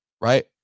right